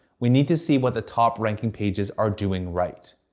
we need to see what the top ranking pages are doing right.